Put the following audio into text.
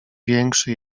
większy